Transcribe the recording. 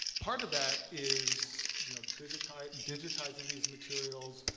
part of that is you know digitizing digitizing these materials.